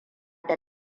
da